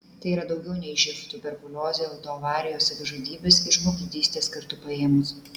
tai yra daugiau nei živ tuberkuliozė autoavarijos savižudybės ir žmogžudystės kartu paėmus